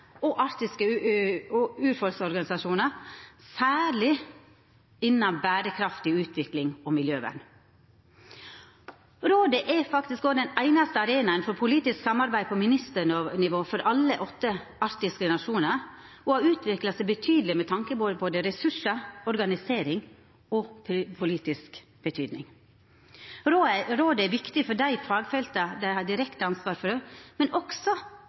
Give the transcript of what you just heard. og arktiske urfolksorganisasjonar, særleg innan berekraftig utvikling og miljøvern. Rådet er faktisk den einaste arenaen for politisk samarbeid på ministernivå for alle dei åtte arktiske nasjonane og har utvikla seg betydeleg med tanke på både ressursar, organisering og politisk betyding. Rådet er viktig for dei fagfelta dei har direkte ansvar for, men også